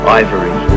ivory